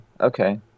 okay